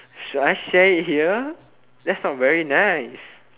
should I share it here that's not very nice